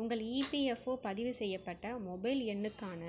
உங்கள் இபிஎஃப்ஓ பதிவு செய்யப்பட்ட மொபைல் எண்ணுக்கான